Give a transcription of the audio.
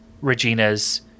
Regina's